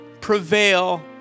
prevail